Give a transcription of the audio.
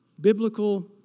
Biblical